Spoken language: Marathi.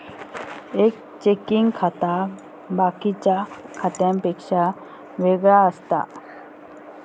एक चेकिंग खाता बाकिच्या खात्यांपेक्षा वेगळा असता